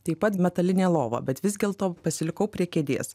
taip pat metalinė lova bet vis dėlto pasilikau prie kėdės